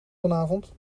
vanavond